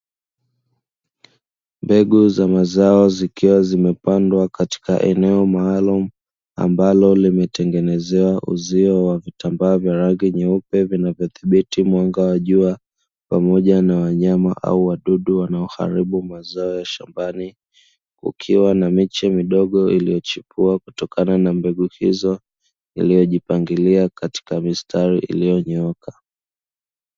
Mbegu za mazao zikiwa zimepandwa katika eneo maalumu ambalo limetengenezewa uzio wa vitambaa vya rangi nyeupe vinavyodhibiti mwanga wa jua pamoja na wanyama au wadudu wanaoharibu mazao ya shambani, kukiwa na miche midogo iliyochipua kutokana na mbegu hizo iliyojipangilia katika mistari iliyonyooka.